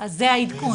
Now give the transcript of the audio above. וזה העדכון.